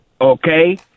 okay